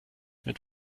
mit